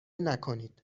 نکنید